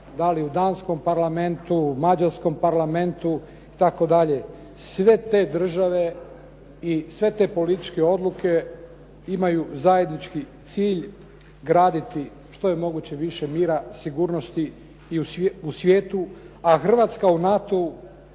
da li u Danskom parlamentu, Mađarskom parlamentu itd. Sve te države i sve te političke odluke imaju zajednički cilj graditi što je moguće više mira, sigurnosti u svijetu a Hrvatska u NATO-u